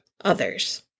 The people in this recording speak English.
others